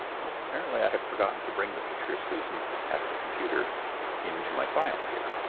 nope. apparently i forgot and to bring the picture of susan at her computer into my file here.